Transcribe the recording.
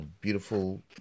beautiful